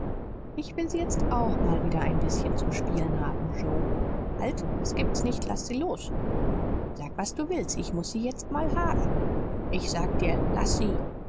ich will sie jetzt auch mal wieder ein bißchen zum spielen haben joe halt das gibt's nicht laß sie los sag was du willst ich muß sie jetzt mal haben ich sag dir laß sie